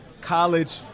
college